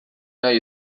nahi